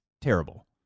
terrible